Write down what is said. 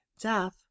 death